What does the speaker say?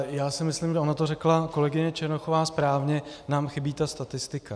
Já si myslím, ona to řekla kolegyně Černochová správně, nám chybí ta statistika.